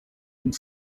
une